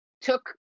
took